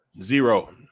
Zero